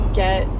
get